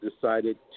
decided